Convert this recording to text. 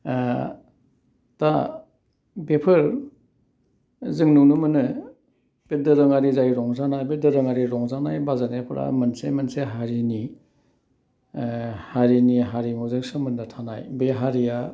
दा बेफोर जों नुनो मोनो बे दोरोङारि जाय रंजानाय बे दोरोङारि रंजानाय बाजानायफ्रा मोनसे मोनसे हारिनि हारिनि हारिमुजों सोमोन्दो थानाय बे हारिया